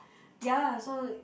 ya lah so